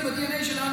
זה בדנ"א שלנו,